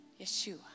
Yeshua